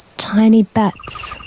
tiny bats,